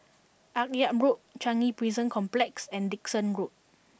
Akyab Road Changi Prison Complex and Dickson Road